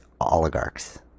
oligarchs